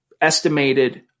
estimated